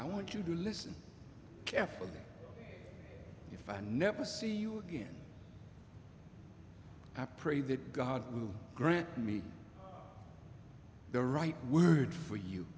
i want you to listen carefully if i never see you again i pray that god will grant me the right word for you